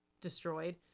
destroyed